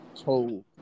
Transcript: told